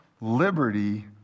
liberty